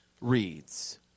reads